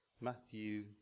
Matthew